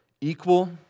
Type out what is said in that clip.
equal